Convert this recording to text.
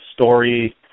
story